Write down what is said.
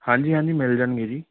ਹਾਂਜੀ ਹਾਂਜੀ ਮਿਲ ਜਾਣਗੇ ਜੀ